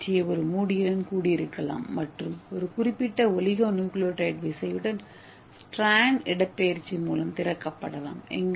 ஏ பெட்டியை ஒரு மூடியுடன் கூடியிருக்கலாம் மற்றும் ஒரு குறிப்பிட்ட ஒலிகோணுக்ளியோடைடு விசையுடன் ஸ்ட்ராண்ட் இடப்பெயர்ச்சி மூலம் திறக்கப்படலாம்